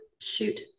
shoot